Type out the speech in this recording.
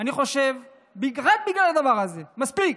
אני חושב שרק בגלל הדבר הזה: מספיק.